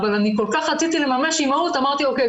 אבל כך כל רציתי לממש אימהות ואמרתי 'או.קיי,